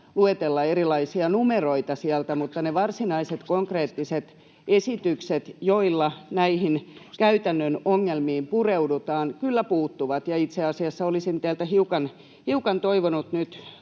luetella erilaisia numeroita sieltä, mutta ne varsinaiset konkreettiset esitykset, joilla näihin käytännön ongelmiin pureudutaan, kyllä puuttuvat. Itse asiassa olisin teiltä toivonut nyt